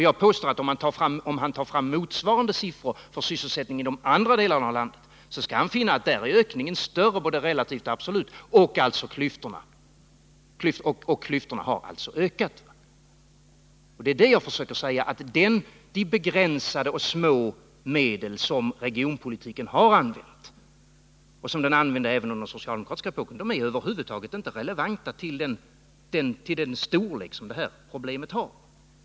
Jag påstår att om han tar fram siffror för sysselsättningen inom de andra delarna av landet, skall han finna att där är ökningen större både relativt och absolut sett, och alltså har klyftorna ökat. Det jag försöker säga är att de begränsade och små medel som regionalpolitiken har använt — och som den använde även under den socialdemokratiska epoken — är över huvud taget inte relevanta för den storlek som det här problemet har.